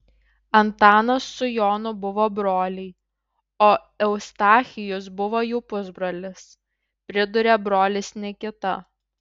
antanas su jonu buvo broliai o eustachijus buvo jų pusbrolis priduria brolis nikita